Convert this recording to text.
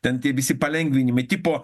ten visi palengvinimai tipo